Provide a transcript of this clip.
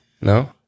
No